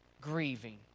grieving